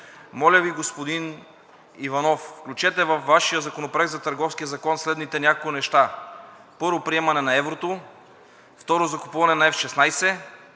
Моля Ви, господин Иванов, включете във Вашия законопроект за Търговския закон следните няколко неща: 1. Приемане на еврото. 2. Закупуване на F16.